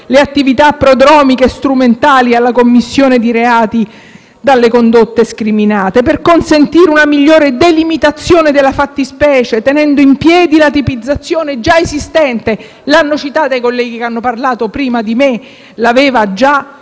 le attività prodromiche e strumentali alla commissione di reati dalle condotte scriminate, per consentire una migliore delimitazione della fattispecie, tenendo in piedi la tipizzazione già esistente. L'hanno citata i colleghi che hanno parlato prima di me: l'aveva già